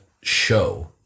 show